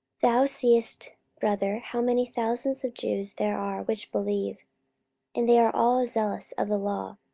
thou seest, brother, how many thousands of jews there are which believe and they are all zealous of the law